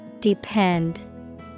Depend